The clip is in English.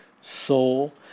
soul